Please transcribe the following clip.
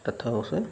तथा उसे